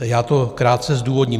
Já to krátce zdůvodním.